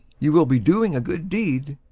you will be doing a good deed.